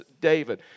David